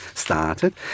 started